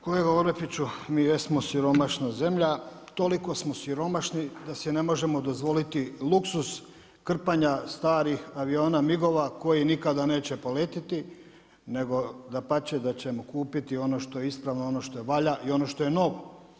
Kolega Orepiću, mi jesmo siromašna zemlja, toliko smo siromašni da si ne možemo dozvoliti luksuz krpanja starih aviona MIG-ova koji nikada neće poletjeti nego dapače, da ćemo kupiti ono što je ispravno, ono što valja i ono što je novo.